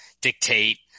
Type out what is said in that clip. dictate